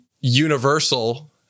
universal